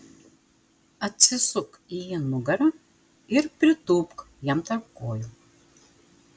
atsisuk į jį nugara ir pritūpk jam tarp kojų